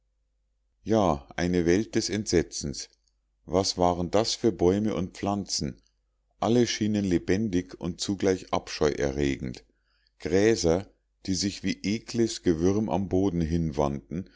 ja eine welt des entsetzens was waren das für bäume und pflanzen alle schienen lebendig und zugleich abscheuerregend gräser die sich wie ekles gewürm am boden hinwanden